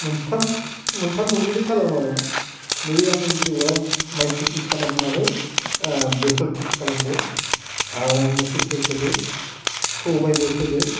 मोनथाम मोनथाम मोनब्रैसो खालामो आरो आं नै आं देग्लाय आं माइ खेथि खालामनानै बेसर खेथि खालामदों आरो मुसुरफोर फोदों सबायबो फोदों